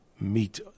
meet